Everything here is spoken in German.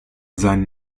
seinen